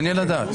מעניין לדעת.